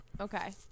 Okay